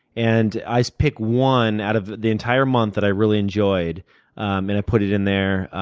and i pick one out of the entire month that i really enjoyed and put it in there.